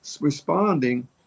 responding